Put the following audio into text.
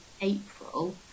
April